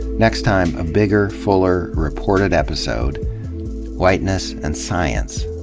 next time, a b igger, fuller, reported episode whiteness and science.